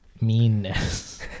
meanness